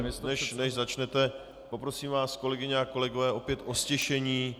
Ještě než začnete, poprosím vás, kolegyně a kolegové, opět o ztišení.